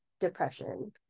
depression